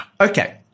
Okay